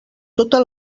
tota